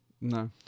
No